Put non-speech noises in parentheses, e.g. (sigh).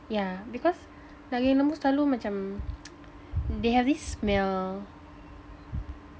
yeah because daging lembu selalu macam (noise) they have this smell